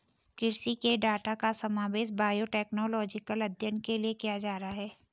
कृषि के डाटा का समावेश बायोटेक्नोलॉजिकल अध्ययन के लिए किया जा रहा है